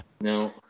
No